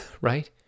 Right